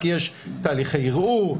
כי יש תהליכי ערעור,